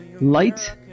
Light